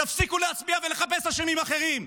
תפסיקו להצביע ולחפש אשמים אחרים.